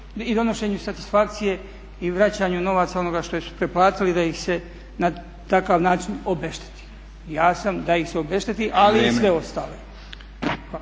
i donošenju satisfakcije i vraćanju novaca onoga što su preplatili da ih se na takav način obešteti. Ja sam da ih se obešteti ali i sve ostale. Hvala.